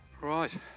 Right